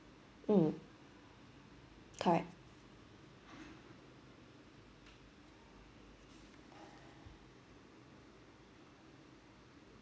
mm correct